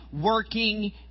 working